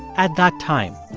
at that time.